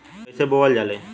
कईसे बोवल जाले?